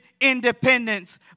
independence